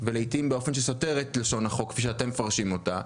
ולעיתים באופן שסותר את לשון החוק כפי שאתם מפרשים אותה.